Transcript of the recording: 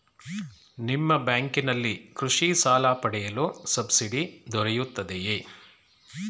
ನಿಮ್ಮ ಬ್ಯಾಂಕಿನಲ್ಲಿ ಕೃಷಿ ಸಾಲ ಪಡೆಯಲು ಸಬ್ಸಿಡಿ ದೊರೆಯುತ್ತದೆಯೇ?